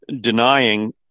denying